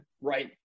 right